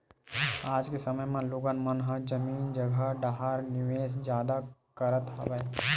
आज के समे म लोगन मन ह जमीन जघा डाहर निवेस जादा करत हवय